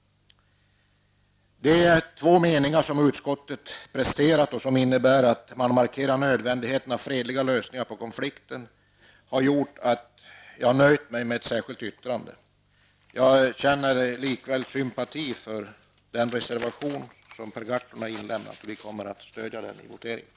De två meningar som utskottet presterat och som innebär att man markerar nödvändigheten av fredliga lösningar på konflikten har gjort att jag nöjt mig med ett särskilt yttrande. Jag känner likväl sympati för den reservation som Per Gahrton har inlämnat, och vi kommer att stödja den i voteringen.